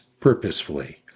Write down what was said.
purposefully